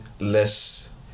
less